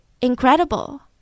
incredible